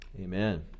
Amen